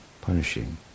punishing